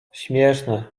śmieszne